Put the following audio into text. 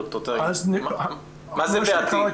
סליחה?